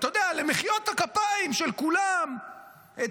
למחיאות הכפיים של כולם,